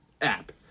app